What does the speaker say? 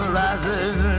rising